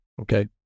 Okay